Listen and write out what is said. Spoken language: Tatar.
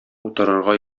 утырырга